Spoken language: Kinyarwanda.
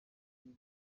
kuba